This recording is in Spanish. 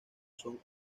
son